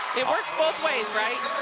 it worked both ways, right?